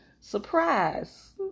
surprise